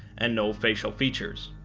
and no facial features